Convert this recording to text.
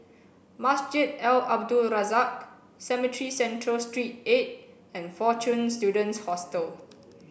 Masjid Al Abdul Razak Cemetry Central Street Eight and Fortune Students Hostel